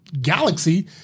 galaxy